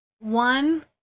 One